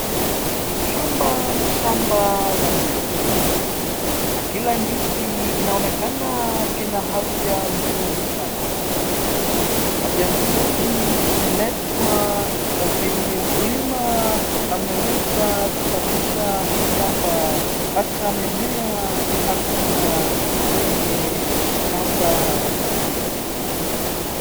Shamba ni shamba la ndizi na kila ndizi inonekana kina afya nzuri. Afya nzuri kimeletwa na venye mkulima ameweza kusafisha hii shamba hata mimea hakuna kwenye shamba iko.